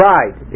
Right